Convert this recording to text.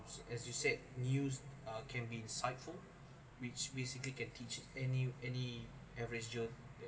as you said news uh can be insightful which basically can teach any any average joe